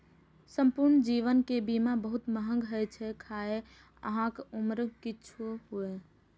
संपूर्ण जीवन के बीमा बहुत महग होइ छै, खाहे अहांक उम्र किछुओ हुअय